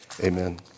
amen